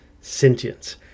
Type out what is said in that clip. sentience